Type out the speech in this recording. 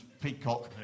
peacock